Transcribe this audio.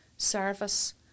service